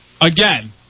again